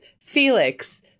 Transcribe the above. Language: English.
Felix